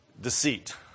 deceit